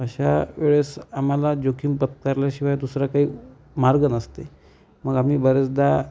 अशा वेळेस आम्हाला जोखीम पत्करल्याशिवाय दुसरा काही मार्ग नसते मग आम्ही बरेचदा